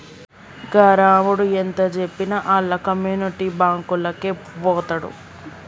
గా రామడు ఎంతజెప్పినా ఆళ్ల కమ్యునిటీ బాంకులకే వోతడు